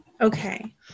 Okay